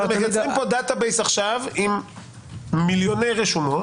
אתם מייצרים פה עכשיו דאטה בייס עם מיליוני רשומות,